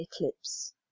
eclipse